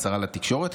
הצהרה לתקשורת.